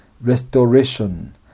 restoration